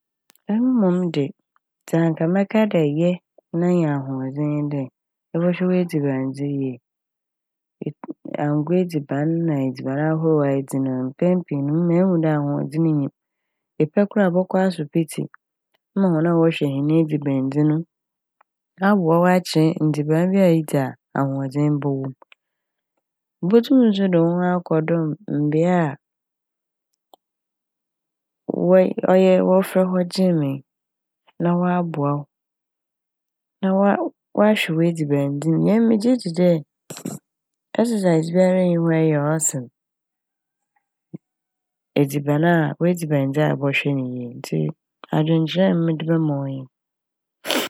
Emi mom de dza nka mɛka dɛ yɛ na nya ahoɔdzen nye dɛ ɛbɔhwɛ w'edzibandzi yie. Angoa edziban na edziban ahorow a edzi no mpɛn pii no ehu dɛ ahoɔdzen nnyi m'. Epɛ koraa a ebɔkɔ asopitsi na hɔn a wɔhwɛ hɛn edzibandzi no aboa wo akyerɛ ndziban bi a edzi a ahoɔdzen bɔ wɔ mu. Botum so dze wo ho akɔdɔm mbea a wɔyɛ -wɔfrɛ hɔ "gym"yi na wɔaboa wo. Na wɔa- wɔahwɛ wo edzibandzi mu na emi megye dzi dɛ "exercise" biara nnyi hɔ a ɛyɛ a ɔsen edziban a -w'edzibandzi ɛbɔhwɛ ne yie ntsi adwenkyerɛ a mede bɛma wo nye n'.